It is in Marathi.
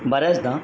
बऱ्याचदा